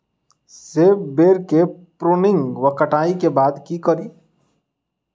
सेब बेर केँ प्रूनिंग वा कटाई केँ बाद की करि?